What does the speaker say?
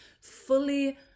fully